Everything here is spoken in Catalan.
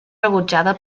rebutjada